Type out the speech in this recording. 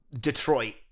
Detroit